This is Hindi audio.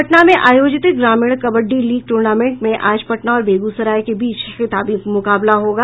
पटना में आयोजित ग्रामीण कबड्डी लीग टूर्नामेंट में आज पटना और बेगूसराय के बीच खिताबी मुकाबला होगा